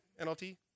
NLT